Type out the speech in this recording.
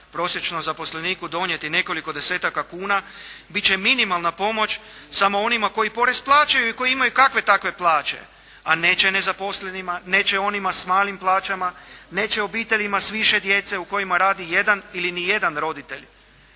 prosječnom zaposleniku donijeti nekoliko desetaka kuna bit će minimalna pomoć samo onima koji porez plaćaju i kojima kakve takve plaće, a neće nezaposlenima, neće onima s malim plaćama, neće obiteljima s više djece u kojima radi jedan ili nijedan roditelj.